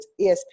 ESP